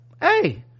hey